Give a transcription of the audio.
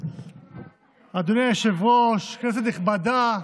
אדוני היושב-ראש, כנסת נכבדה,